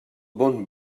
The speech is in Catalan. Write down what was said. bon